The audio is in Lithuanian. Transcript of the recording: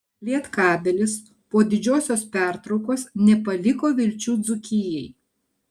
lietkabelis po didžiosios pertraukos nepaliko vilčių dzūkijai